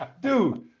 dude